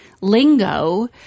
lingo